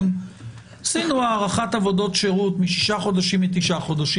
עשינו הארכת עבודות שירות משישה חודשים לתשעה חודשים.